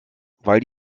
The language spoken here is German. weil